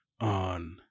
on